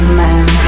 man